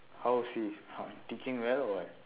how is he how teaching well or what